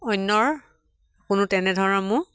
অন্যৰ কোনো তেনেধৰণৰ মোক